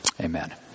Amen